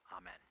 amen